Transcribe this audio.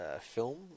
film